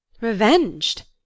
REVENGED